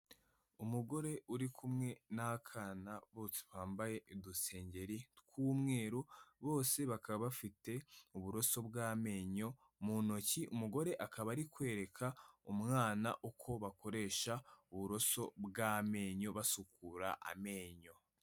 Umugore uri kumwe n'akana, bose bambaye udusengeri tw'umweru, bose bakaba bafite uburoso bw'amenyo mu ntoki, umugore akaba ari kwereka umwana uko bakoresha uburoso bw'amenyo basukura amenyo.